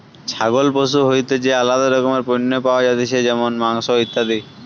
ছাগল পশু হইতে যে আলাদা রকমের পণ্য পাওয়া যাতিছে যেমন মাংস, ইত্যাদি